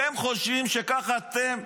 אתם חושבים שכך אתם,